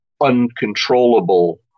uncontrollable